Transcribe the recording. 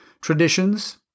Traditions